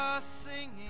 singing